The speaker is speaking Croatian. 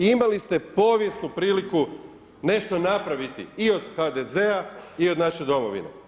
Imali ste povijesnu priliku nešto napraviti i od HDZ-a i od naše Domovine.